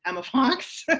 emma fox.